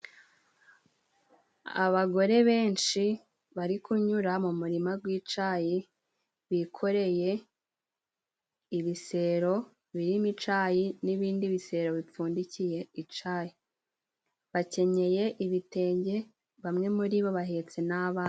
Abagore benshi bari kunyura mu murima gw'icayi, bikoreye ibisero birimo icayi n'ibindi bisero bipfundikiye icayi, bakenyeye ibitenge bamwe muri bo bahetse n'abana.